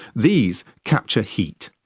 these capture heat,